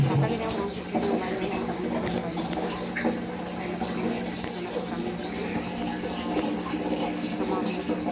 ᱫᱟᱠᱟᱜᱮ ᱧᱟᱢᱚᱜᱼᱟ ᱩᱛᱩ ᱠᱚᱢᱟ ᱵᱟᱭ ᱧᱟᱢᱚᱜᱼᱟ ᱵᱩᱞᱩᱝ ᱥᱩᱱᱩᱢᱦᱚᱸ ᱵᱟᱭ ᱧᱟᱢᱚᱜᱼᱟ ᱚᱱᱟ ᱪᱤᱠᱟᱹᱜᱮ ᱚᱱᱟ ᱠᱚ ᱠᱟᱹᱢᱤ ᱦᱩᱭᱩᱜᱼᱟ ᱟᱨ ᱠᱟᱢᱟᱣ ᱦᱩᱭᱩᱜᱼᱟ